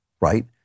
right